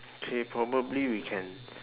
okay probably we can